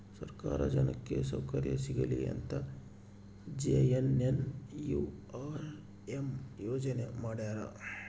ಸರ್ಕಾರ ಜನಕ್ಕೆ ಸೌಕರ್ಯ ಸಿಗಲಿ ಅಂತ ಜೆ.ಎನ್.ಎನ್.ಯು.ಆರ್.ಎಂ ಯೋಜನೆ ಮಾಡ್ಯಾರ